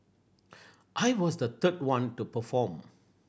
I was the third one to perform